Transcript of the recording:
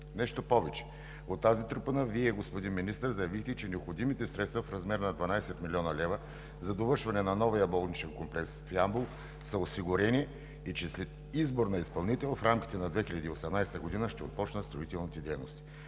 Нещо повече, от тази трибуна Вие, господин Министър, заявихте, че необходимите средства в размер на 12 млн. лв. за довършване на новия болничен комплекс в Ямбол са осигурени и след избор на изпълнител в рамките на 2018 г. ще започнат строителните дейности.